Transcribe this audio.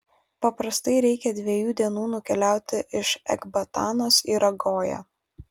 paprastai reikia dviejų dienų nukeliauti iš ekbatanos į ragoją